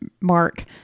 Mark